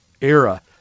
era